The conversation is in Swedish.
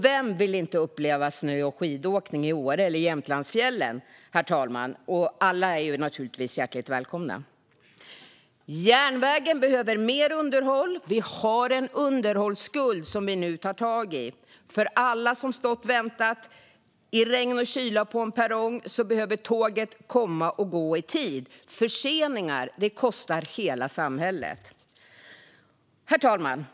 Vem vill inte uppleva snö och skidåkning i Åre eller Jämtlandsfjällen, herr talman? Alla är naturligtvis hjärtligt välkomna. Järnvägen behöver mer underhåll. Vi har en underhållsskuld som vi nu tar tag i. För alla som stått och väntat i regn och kyla på en perrong behöver tåget komma och gå i tid. Förseningar kostar hela samhället. Herr talman!